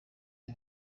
rwa